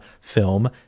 film